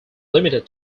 limited